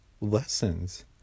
lessons